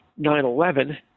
9-11